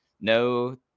no